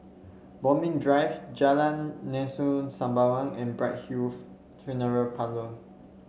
Bodmin Drive Jalan Lengkok Sembawang and Bright Hill Funeral Parlour